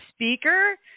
speaker